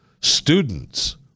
students